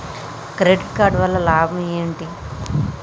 Credit card వల్ల లాభం ఏంటి?